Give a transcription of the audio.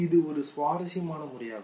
இது ஒரு சுவாரஸ்யமான முறையாகும்